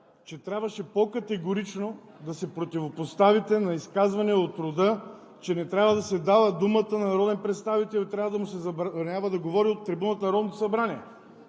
че трябваше по-категорично да се противопоставите на изказване от рода, че не трябва да се дава думата на народен представител и трябва да му се забранява да говори от трибуната на Народното събрание!